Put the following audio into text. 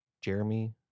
Jeremy